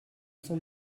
son